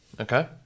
Okay